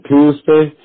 Tuesday